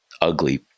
ugly